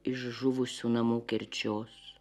iš žuvusių namų kerčios